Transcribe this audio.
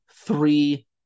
Three